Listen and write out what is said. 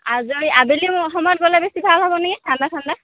আজৰি আবেলি স সময়ত গ'লে বেছি ভাল হ'ব নেকি ঠাণ্ডা ঠাণ্ডা